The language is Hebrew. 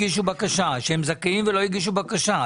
שהם זכאים ולא הגישו בקשה.